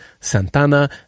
Santana